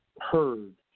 heard